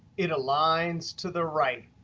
it aligns to the right.